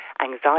anxiety